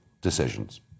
decisions